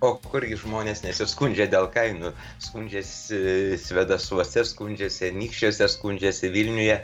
o kurgi žmonės nesiskundžia dėl kainų skundžiasi svėdasuose skundžiasi anykščiuose skundžiasi vilniuje